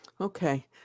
Okay